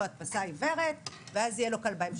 הדפסה עיוורת ואז יהיה לו קל בהמשך.